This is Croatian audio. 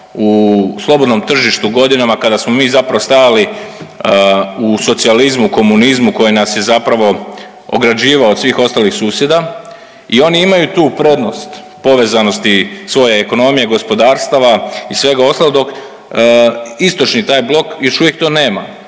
u slobodnom tržištu godinama kada smo mi zapravo stajali u socijalizmu, komunizmu, koje nas je zapravo ograđivao od svih ostalih susjeda i oni imaju tu prednost povezanosti svoje ekonomije, gospodarstava i svega ostalog dok istočni taj blok još uvijek to nema,